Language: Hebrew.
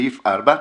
סעיף 4,